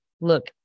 look